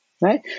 right